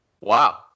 wow